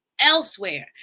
elsewhere